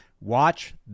Watch